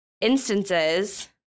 instances